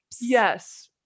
yes